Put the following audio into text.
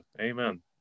Amen